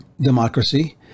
democracy